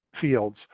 fields